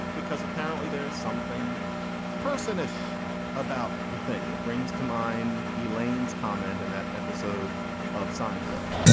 because apparently there's something person ish about the thing it brings to mind. elaine's comment in that episode of seinfeld.